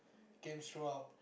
games throughout